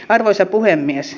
arvoisa puhemies